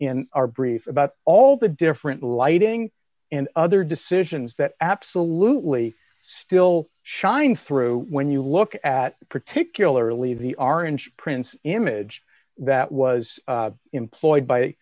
in our brief about all the different lighting and other decisions that absolutely still shine through when you look at particularly the r inch prince image that was employed